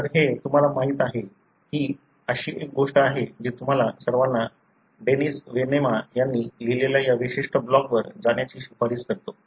तर हे तुम्हाला माहिती आहे ही अशी एक गोष्ट आहे मी तुम्हाला सर्वांना डेनिस वेनेमा यांनी लिहिलेल्या या विशिष्ट ब्लॉगवर जाण्याची शिफारस करतो